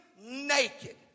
naked